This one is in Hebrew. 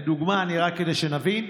לדוגמה, רק כדי שנבין: